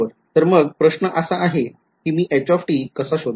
तर मग प्रश्न असा आहे कि मी h कसा शोधणार